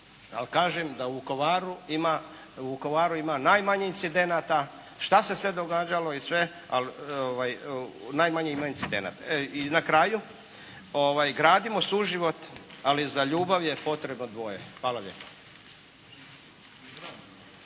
kažem da u Vukovaru ima najmanje incidenata. Šta se sve događalo i sve ali najmanje ima incidenata. I na kraju, gradimo suživot ali za ljubav je potrebno dvoje. Hvala lijepa.